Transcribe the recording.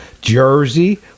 jersey